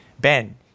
Ben